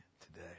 today